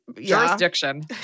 jurisdiction